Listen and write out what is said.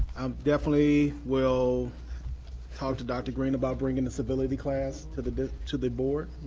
definitely will talk to dr. green about bringing the civility class to the to the board.